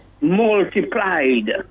multiplied